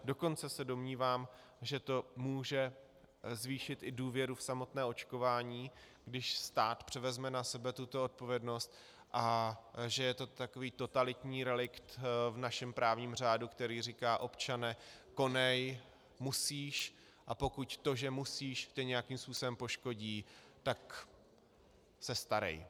Dokonce se domnívám, že to může zvýšit i důvěru v samotné očkování, když stát převezme na sebe tuto odpovědnost, a že je to takový totalitní relikt v našem právním řádu, který říká občane, konej, musíš, a pokud to, že musíš, tě nějakým způsobem poškodí, tak se starej.